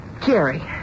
Jerry